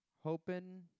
hoping